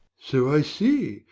so i see.